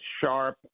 sharp